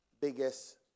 biggest